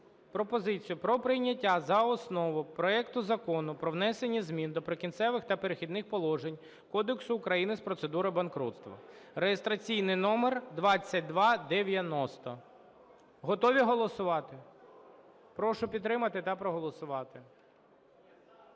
пропозицію про прийняття за основу проекту Закону про внесення змін до Прикінцевих та Перехідних положень Кодексу України з процедури банкрутства (реєстраційний номер 2290). Готові голосувати? Прошу підтримати та проголосувати.